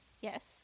yes